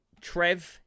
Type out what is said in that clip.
trev